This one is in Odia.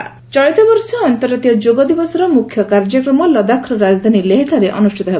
ଯୋଗା ଡେ ଚଳିତବର୍ଷ ଆନ୍ତର୍ଜାତିୟ ଯୋଗ ଦିବସର ମୁଖ୍ୟ କାର୍ଯ୍ୟକ୍ରମ ଲଦାଖର ରାଜଧାନୀ ଲେହଠାରେ ଅନୁଷ୍ଠିତ ହେବ